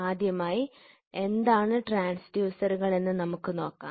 ആദ്യമായി എന്താണ് ട്രാൻസ്ഡ്യൂസറുകൾ എന്ന് നമുക്ക് നോക്കാം